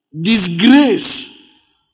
disgrace